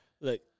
look